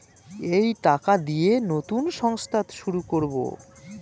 এই টাকা দিয়ে নতুন সংস্থা শুরু করবো